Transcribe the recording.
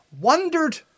Wondered